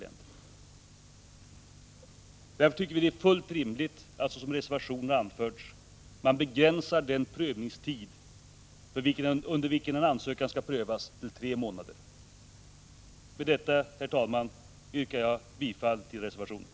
Vi tycker därför att det är fullt rimligt att, som anförs i reservationen, begränsa den tid under vilken en ansökan skall prövas till tre månader. Med detta, herr talman, yrkar jag bifall till reservationen.